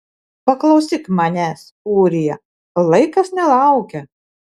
paklausyk manęs ūrija laikas nelaukia